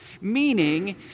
meaning